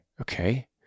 okay